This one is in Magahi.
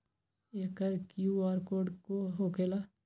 एकर कियु.आर कोड का होकेला?